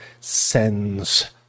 sends